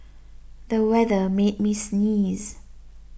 the weather made me sneeze